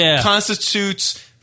constitutes